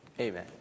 Amen